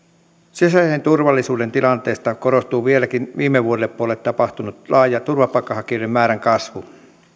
sisäisen turvallisuuden tilanteessa korostuu vieläkin viime vuoden puolella tapahtunut laaja turvapaikanhakijoiden määrän kasvu